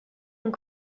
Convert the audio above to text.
ont